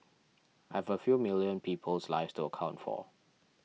have a few million people's lives to account for